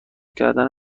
کردن